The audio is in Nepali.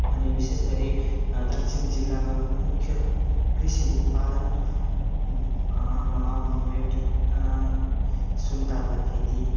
अनि विशेष गरी दार्जिलिङ जिल्लाको मुख्य कृषि उत्पादन मा हुने हो एउटा सुन्तला खेती